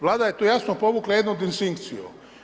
Vlada je tu jasno povukla jednu distinkciju.